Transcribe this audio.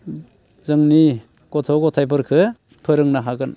जोंनि गथ' गथाइफोरखौ फोरोंनो हागोन